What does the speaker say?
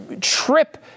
trip